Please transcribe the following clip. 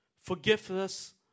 Forgiveness